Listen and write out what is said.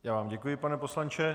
Já vám děkuji, pane poslanče.